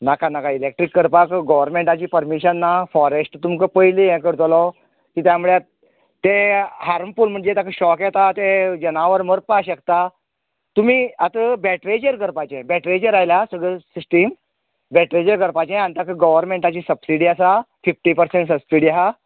नाका नाका ईलेक्ट्रिक करपाक गोवर्मेंटाची पर्मिशन ना फॉरेस्ट तुमका पायली ये करतलो कित्या म्हल्यार तें हार्मफूल म्हणजे ताका शॉक येता तें जनावर मरपा शकता तुमी आता बॅट्रेचेर करपाचे बॅट्रेचेर आयल्या सगळी सीसटीम बॅट्रेचेर करपाचे आनी तेका गोवर्मेंटाची सबसिडी आसा फिफ्टी पर्सेंट सबसिडी आसा